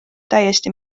täiesti